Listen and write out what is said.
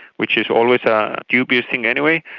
which is always a dubious thing anyway,